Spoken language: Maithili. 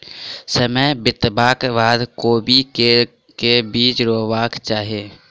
समय बितबाक बाद कोबी केँ के बीज रोपबाक चाहि?